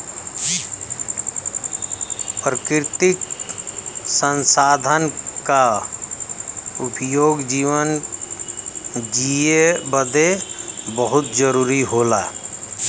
प्राकृतिक संसाधन क उपयोग जीवन जिए बदे बहुत जरुरी होला